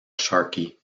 sharkey